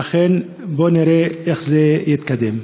ואכן בואו נראה איך זה התקדם.